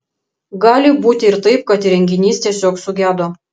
gali būti ir taip kad įrenginys tiesiog sugedo